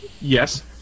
Yes